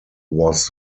was